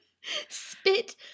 spit